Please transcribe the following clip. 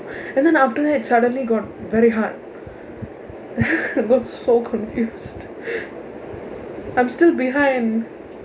and then after that suddenly got very hard looks so confused I'm still behind